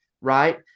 right